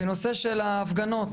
בנושא של ההפגנות.